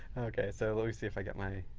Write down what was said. okay. so, let me see if i get my